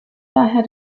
daher